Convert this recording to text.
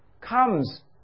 comes